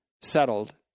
settled